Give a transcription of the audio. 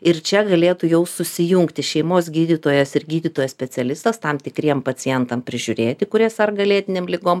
ir čia galėtų jau susijungti šeimos gydytojas ir gydytojas specialistas tam tikriem pacientams prižiūrėti kurie serga lėtinėm ligom